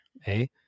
hey